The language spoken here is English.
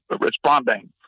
responding